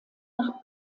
nach